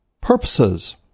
purposes